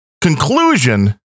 conclusion